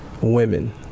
women